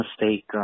mistake